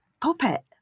puppet